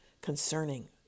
concerning